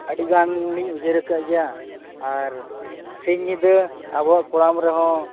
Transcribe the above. ᱟᱹᱰᱤᱜᱟᱱᱞᱤᱧ ᱩᱭᱦᱟᱹᱨ ᱟᱠᱟᱫ ᱜᱮᱭᱟ ᱟᱨ ᱥᱤᱧᱼᱧᱤᱫᱟᱹ ᱟᱵᱚᱣᱟᱜ ᱠᱚᱲᱟᱢᱨᱮᱦᱚᱸ